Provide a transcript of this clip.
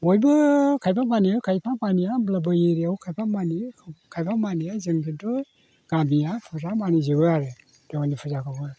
बयबो खायफा मानियो खायफा मानिया होमब्लाबो एरियायाव खायफा मानियो खायफा मानिया जों खिन्थु गामिया फुरा मानिजोबो आरो देवालि फुजाखौबो